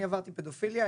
אני עברתי פדופיליה,